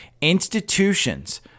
Institutions